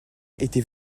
était